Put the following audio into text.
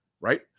right